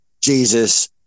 Jesus